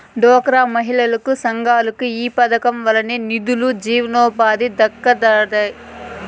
డ్వాక్రా మహిళలకి, సంఘాలకి ఈ పదకం వల్లనే నిదులు, జీవనోపాధి దక్కతండాడి